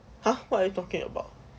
!huh! what you talking about